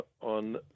on